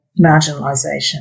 marginalisation